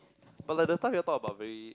but like that time you all talk about very